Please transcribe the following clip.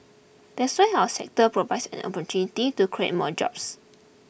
that's why our sector provides an opportunity to create more jobs